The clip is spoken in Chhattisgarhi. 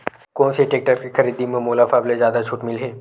कोन से टेक्टर के खरीदी म मोला सबले जादा छुट मिलही?